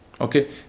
okay